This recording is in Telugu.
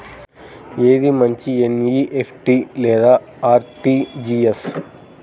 ఏది మంచి ఎన్.ఈ.ఎఫ్.టీ లేదా అర్.టీ.జీ.ఎస్?